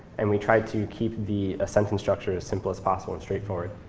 and we tried to keep the sentence structure as simple as possible, and straightforward,